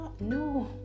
No